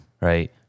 right